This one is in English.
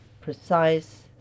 precise